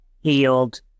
healed